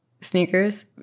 Sneakers